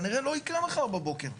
זה כנראה לא יקרה מחר בבוקר,